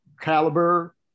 Caliber